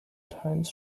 times